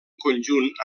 conjunt